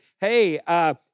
hey